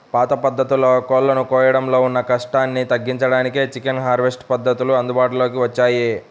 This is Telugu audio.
పాత పద్ధతుల్లో కోళ్ళను కోయడంలో ఉన్న కష్టాన్ని తగ్గించడానికే చికెన్ హార్వెస్ట్ పద్ధతులు అందుబాటులోకి వచ్చాయి